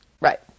Right